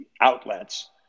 outlets